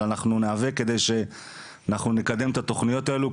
אבל אנחנו ניאבק כדי שאנחנו נקיים את התכניות האלה,